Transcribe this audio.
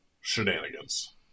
shenanigans